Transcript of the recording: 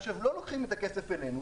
אלא שלא לוקחים את הכסף אלינו,